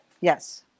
Yes